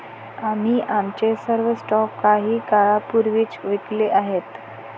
आम्ही आमचे सर्व स्टॉक काही काळापूर्वीच विकले आहेत